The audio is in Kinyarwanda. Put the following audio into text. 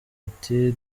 ati